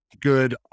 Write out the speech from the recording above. good